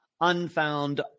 Unfound